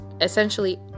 essentially